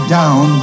down